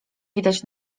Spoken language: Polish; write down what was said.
widać